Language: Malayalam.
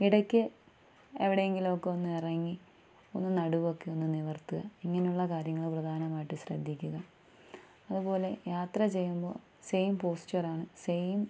ഇടയ്ക്ക് എവിടെ എങ്കിലുമൊക്കെ ഒന്ന് ഇറങ്ങി ഒന്ന് നടുവൊക്കെ ഒന്ന് നിവർത്തുക ഇങ്ങനെയുള്ള കാര്യങ്ങൾ പ്രധാനമായിട്ടും ശ്രദ്ധിക്കുക അതുപോലെ യാത്ര ചെയ്യുമ്പോൾ സെയിം പോസ്ച്ചർ സെയിം